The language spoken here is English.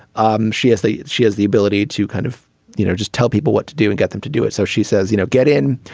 um she has a she has the ability to kind of you know just tell people what to do and get them to do it so she says you know get in.